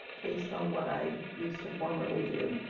based on what i used to formerly do.